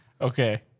Okay